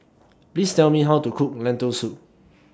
Please Tell Me How to Cook Lentil Soup